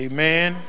Amen